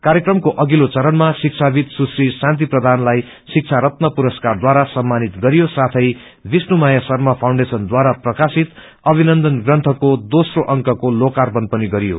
कार्यक्रको अविल्लो चरणमा शिवाविद सुत्री शान्ति प्रधानलाई श्रिबारत्न पुरसकारद्वारा सम्मानित गरियो साथै विष्णुमाया शर्मा फ्रउण्डेशनद्वारा प्रकाशित अभिनन्दन प्रन्थको योस्नो अंकको लोकार्पण पनि गरियो